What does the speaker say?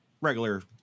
Regular